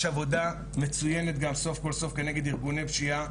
יש עבודה מצוינת גם סוף כל סוף כנגד ארגוני פשיעה.